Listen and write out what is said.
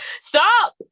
Stop